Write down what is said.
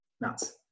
nuts